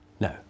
No